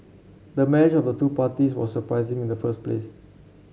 the marriage of two parties was surprising in the first place